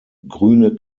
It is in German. grüne